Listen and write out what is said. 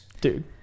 Dude